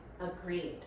Agreed